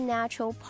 Natural